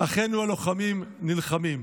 אחינו הלוחמים נלחמים.